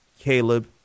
Caleb